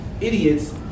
Idiots